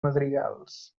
madrigals